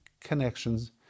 connections